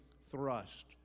thrust